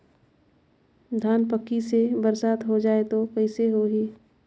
धान पक्की से बरसात हो जाय तो कइसे हो ही?